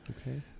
Okay